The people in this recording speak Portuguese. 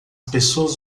pessoas